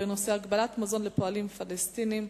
בנושא הגבלת מזון לפועלים פלסטינים,